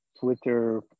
Twitter